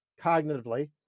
cognitively